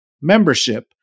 Membership